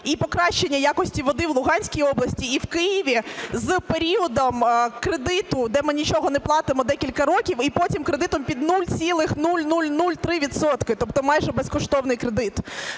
і покращення якості води в Луганській області і в Києві з періодом кредиту, де ми нічого не платимо декілька років, і потім кредитом під 0,0003 відсотка, тобто майже безкоштовний кредит.